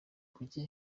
kuki